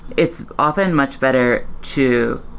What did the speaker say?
it's often much better to